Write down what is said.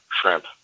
shrimp